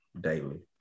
daily